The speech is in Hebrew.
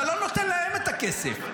אתה לא נותן להם את הכסף,